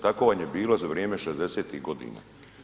Tako vam je bilo za vrijeme 60-tih godina.